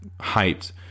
hyped